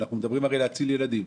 אנחנו הרי מדברים על הצלת ילדים.